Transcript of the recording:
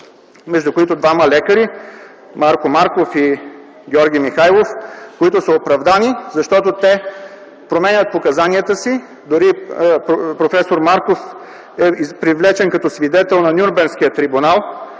между които и двама лекари – Марко Марков и Георги Михайлов, които са оправдани, защото те променят показанията си. Дори проф. Марков е привлечен като свидетел на Нюрнбергския трибунал,